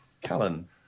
Callan